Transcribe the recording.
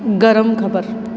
ਗਰਮ ਖਬਰ